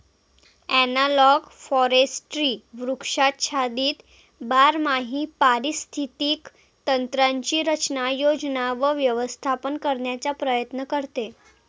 analogue forestry वृक्षाच्छादित बारमाही पारिस्थितिक तंत्रांची रचना, योजना व व्यवस्थापन करण्याचा प्रयत्न करते